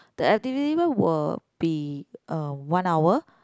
the activity will be uh one hour